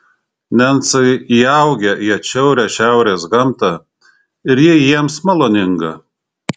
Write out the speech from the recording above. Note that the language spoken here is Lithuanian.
nencai įaugę į atšiaurią šiaurės gamtą ir ji jiems maloninga